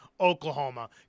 Oklahoma